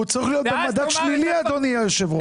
והוא צריך להיות במדד שלילי, אדוני היושב-ראש.